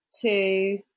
two